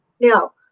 now